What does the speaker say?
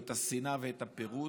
את השנאה ואת הפירוד.